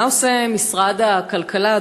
מה עושה משרד הכלכלה,